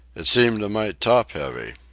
it seemed a mite top-heavy.